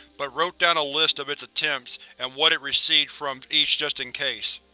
but wrote down a list of its attempts and what it received from each just in case.